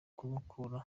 kumukura